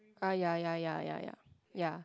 ah ya ya ya ya ya ya